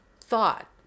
thought